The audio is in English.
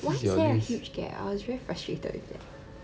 why is there a huge gap I was very frustrated with it